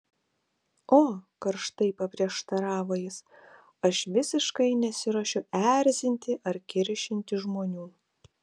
o karštai paprieštaravo jis aš visiškai nesiruošiu erzinti ar kiršinti žmonių